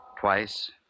Twice